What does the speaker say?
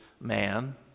man